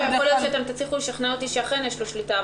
יכול להיות שתצליחו לשכנע אותי שאכן יש לו שליטה,